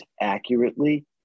accurately